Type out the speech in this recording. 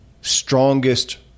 strongest